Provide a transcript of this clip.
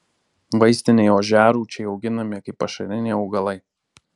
vaistiniai ožiarūčiai auginami kaip pašariniai augalai